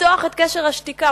לפתוח את קשר השתיקה.